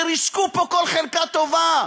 שריסקו פה כל חלקה טובה.